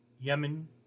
Yemen